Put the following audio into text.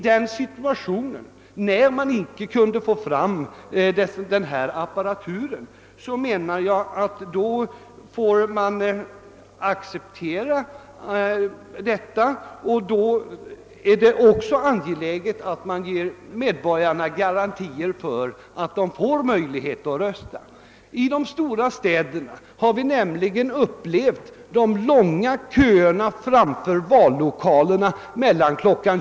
När man nu inte kan få fram den nödvändiga apparaturen, är det dock mest angeläget att medborgarna får garantier för att de har möjlighet att rösta. Vi har i de stora städerna upplevt mycket långa köer vid vallokalerna, framför allt mellan kl.